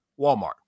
Walmart